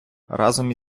разом